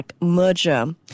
merger